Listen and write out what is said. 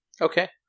Okay